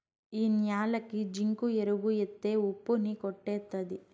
ఈ న్యాలకి జింకు ఎరువు ఎత్తే ఉప్పు ని కొట్టేత్తది